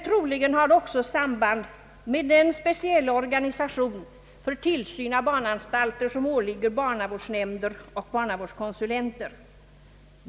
Troligen sammanhänger det också med den speciella tillsyn av barnanstalter som åligger barnavårdsnämnder och barna vårdskonsulenter.